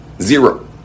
Zero